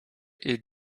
est